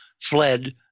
fled